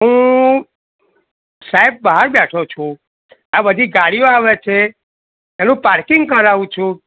હું સાહેબ બહાર બેઠો છું આ બધી ગાડીઓ આવે છે એનું પાર્કિંગ કરાવું છું